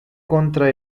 contra